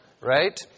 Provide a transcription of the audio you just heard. right